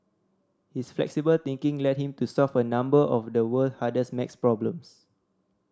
his flexible thinking led him to solve a number of the world hardest maths problems